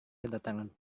kedatangan